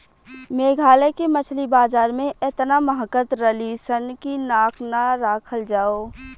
मेघालय के मछली बाजार में एतना महकत रलीसन की नाक ना राखल जाओ